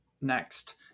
Next